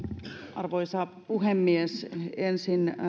arvoisa puhemies ensin